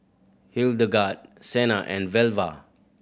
Hildegard Cena and Velva